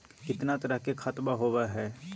कितना तरह के खातवा होव हई?